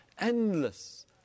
endless